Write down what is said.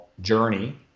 journey